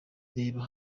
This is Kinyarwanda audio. reba